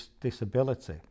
disability